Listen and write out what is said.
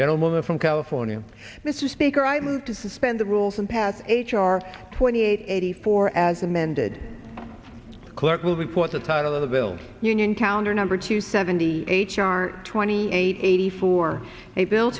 gentleman from california this is speaker i move to suspend the rules and pass h r twenty eight eighty four as amended clerk will report the title of the bill uniontown or number two seventy eight char twenty eight eighty four a bill